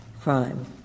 crime